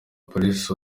palisse